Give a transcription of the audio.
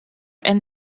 and